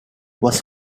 was